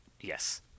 Yes